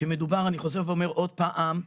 אני חוזר ואומר עוד פעם: